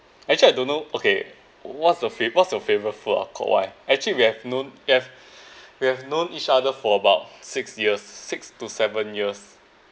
actually I don't know okay what's your fav~ what's your favourite food ah Kok Wai actually we have known we have we have known each other for about six years six to seven years